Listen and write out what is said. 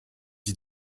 you